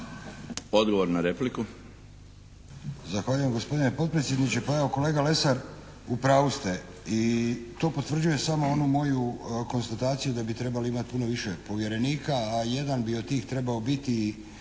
Odgovor na repliku.